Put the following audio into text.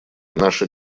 наша